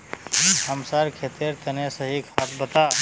हमसार खेतेर तने सही खाद बता